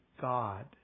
God